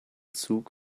zug